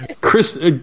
Chris